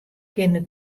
kinne